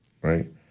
right